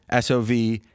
SOV